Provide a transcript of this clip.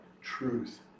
truth